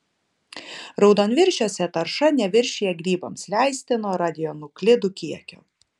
raudonviršiuose tarša neviršija grybams leistino radionuklidų kiekio